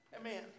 Amen